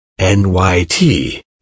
NYT